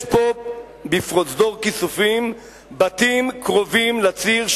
יש פה בפרוזדור כיסופים בתים קרובים לציר,